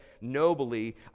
nobly